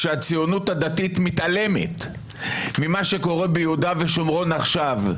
כשהציונות הדתית מתעלמת ממה שקורה ביהודה ושומרון עכשיו,